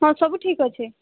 ଆଉ ସବୁ ଠିକ ଅଛେ